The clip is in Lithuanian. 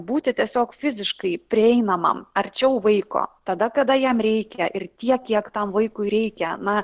būti tiesiog fiziškai prieinamam arčiau vaiko tada kada jam reikia ir tiek kiek tam vaikui reikia na